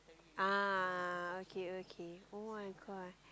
ah okay okay [oh]-my-god